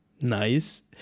Nice